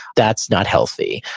that's not healthy.